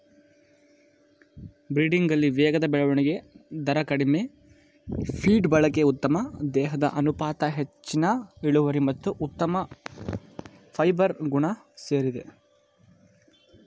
ಬ್ರೀಡಿಂಗಲ್ಲಿ ವೇಗದ ಬೆಳವಣಿಗೆ ದರ ಕಡಿಮೆ ಫೀಡ್ ಬಳಕೆ ಉತ್ತಮ ದೇಹದ ಅನುಪಾತ ಹೆಚ್ಚಿನ ಇಳುವರಿ ಮತ್ತು ಉತ್ತಮ ಫೈಬರ್ ಗುಣ ಸೇರಿದೆ